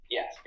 Yes